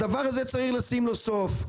הדבר הזה, צריך לשים לו סוף.